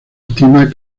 estima